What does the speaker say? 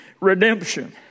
redemption